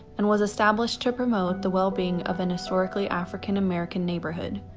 and was established to promote the well-being of an historically african american neighborhood.